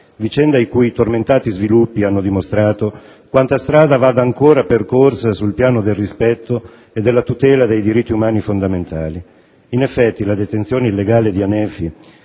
vicenda i cui tormentati sviluppi hanno dimostrato quanta strada vada ancora percorsa sul piano del rispetto e della tutela dei diritti umani fondamentali. In effetti, la detenzione illegale di Hanefi,